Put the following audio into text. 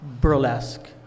burlesque